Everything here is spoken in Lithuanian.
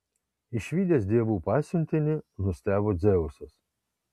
išvydęs dievų pasiuntinį nustebo dzeusas